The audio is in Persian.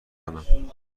کنم